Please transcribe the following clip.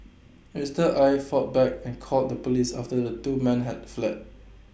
Mister Aye fought back and called the Police after the two men had fled